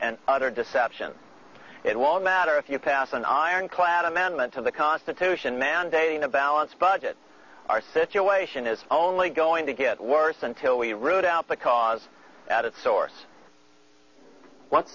and utter deception it won't matter if you pass an ironclad amendment to the constitution mandating a balanced budget our situation is only going to get worse until we rode out the cause at its source what